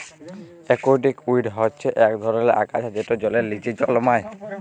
aquatic weed হচ্যে ইক ধরলের আগাছা যেট জলের লিচে জলমাই